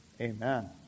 amen